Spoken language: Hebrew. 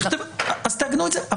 אז תעגנו את זה.